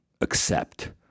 accept